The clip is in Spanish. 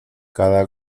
cada